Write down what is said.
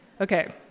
okay